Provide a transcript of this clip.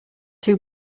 two